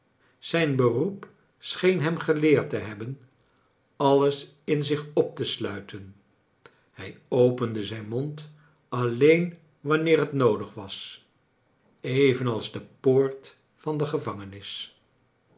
zijn beroep scheen hem geleerd te hebben alles in zich op te sluiteru hij opende zijn mond alleen wanneer het noodig was evenals de poort van de gevangenis